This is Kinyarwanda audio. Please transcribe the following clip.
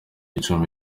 gicumbi